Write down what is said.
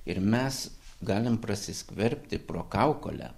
ir mes galim prasiskverbti pro kaukolę